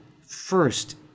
first